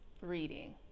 Reading